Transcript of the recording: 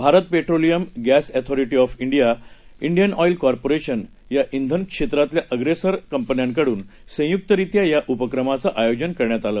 Bharat petroleum gas authority of here हियन oil corporation या win क्षेत्रातल्या अप्रेसर कंपन्याकडून संयुक्तरीत्या या उपक्रमाचं आयोजन करण्यात आलं